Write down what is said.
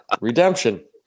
Redemption